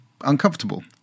uncomfortable